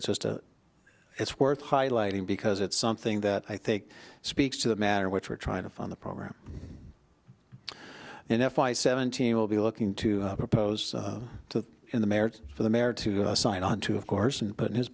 it's just a it's worth highlighting because it's something that i think speaks to the matter which we're trying to find the program in f y seventeen we'll be looking to propose to the merits for the mayor to sign on to of course and put in his